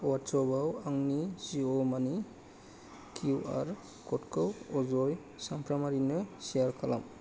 वाटसएपआव आंनि जिअ' मानि किउआर क'डखौ अजय चमफ्रामारिनो शेयार खालाम